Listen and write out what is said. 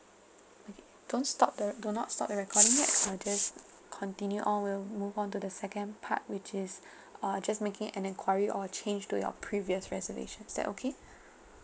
okay don't stop the do not stop the recording yet I'll just continue on we'll move on to the second part which is uh just making an enquiry or change to your previous reservations is that okay